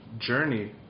journey